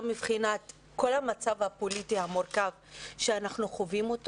בבחינת כל המצב הפוליטי המורכב שאנחנו חווים.